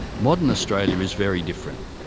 modern australia is very different.